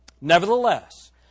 Nevertheless